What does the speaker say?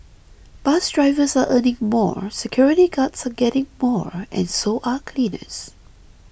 bus drivers are earning more security guards are getting more and so are cleaners